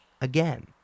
again